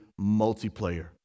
multiplayer